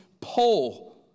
pull